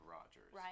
Rogers